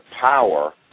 power